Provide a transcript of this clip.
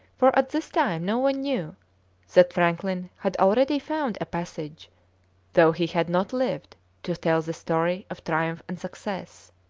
for at this time no one knew that franklin had already found a passage though he had not lived to tell the story of triumph and success.